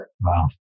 Wow